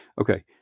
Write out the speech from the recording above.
okay